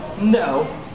No